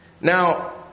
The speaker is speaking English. Now